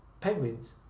penguins